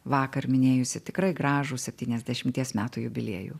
vakar minėjusiu tikrai gražų septyniasdešimties metų jubiliejų